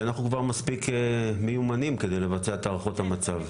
אנחנו כבר מספיק מיומנים כדי לבצע את הערכות המצב.